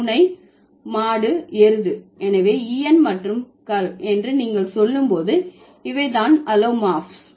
பூனை பூனை மாடு எருது எனவே en மற்றும் கள் என்று நீங்கள் சொல்லும் போது இவை தான் அலோமார்ப்ஸ்